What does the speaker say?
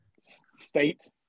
state